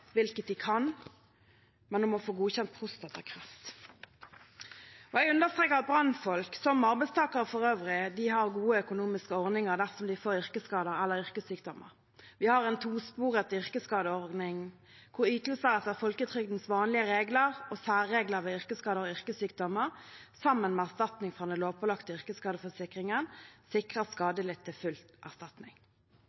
hvilket de kan – men om å få godkjent prostatakreft. Jeg understreker at brannfolk – som arbeidstakere for øvrig – har gode økonomiske ordninger dersom de får yrkesskader eller yrkessykdommer. Vi har en tosporet yrkesskadeordning, hvor ytelser etter folketrygdens vanlige regler og særregler ved yrkesskader og yrkessykdommer – sammen med erstatning fra den lovpålagte yrkesskadeforsikringen